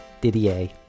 Didier